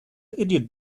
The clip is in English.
idiot